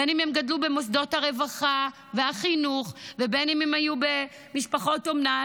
בין שהם גדלו במוסדות הרווחה והחינוך ובין שהם היו במשפחות אומנה,